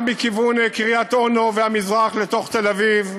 גם מכיוון קריית-אונו והמזרח לתוך תל-אביב.